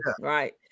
Right